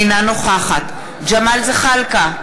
אינה נוכחת ג'מאל זחאלקה,